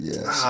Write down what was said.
Yes